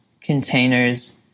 containers